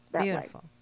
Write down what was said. Beautiful